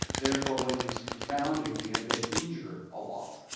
therefore when it is confounded, we have been injured a lot.